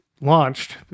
launched